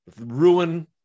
ruin